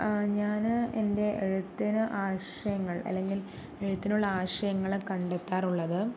ആ ഞാൻ എൻ്റെ എഴുത്തിന് ആശയങ്ങൾ അല്ലെങ്കിൽ എഴുത്തിനുള്ള ആശയങ്ങളെ കണ്ടെത്താറുള്ളത്